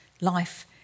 life